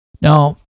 Now